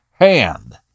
hand